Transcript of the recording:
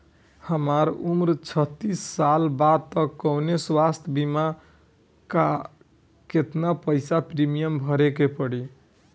हमार उम्र छत्तिस साल बा त कौनों स्वास्थ्य बीमा बा का आ केतना पईसा प्रीमियम भरे के पड़ी?